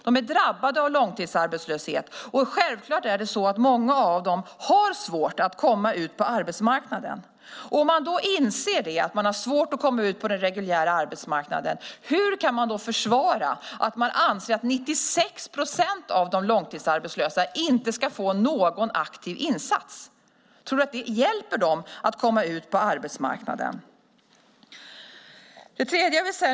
De är drabbade av långtidsarbetslöshet, och självklart har många av dem svårt att komma ut på arbetsmarknaden. Om man inser att de har svårt att komma ut på den reguljära arbetsmarknaden undrar jag hur man kan försvara att man anser att 96 procent av de långtidsarbetslösa inte ska få någon aktiv insats. Tror du att det hjälper dem att komma ut på arbetsmarknaden?